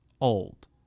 old